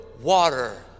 water